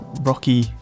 rocky